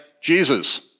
Jesus